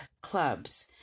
clubs